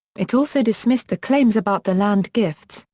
it also dismissed the claims about the land gifts,